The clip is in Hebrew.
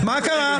מה קרה?